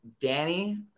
Danny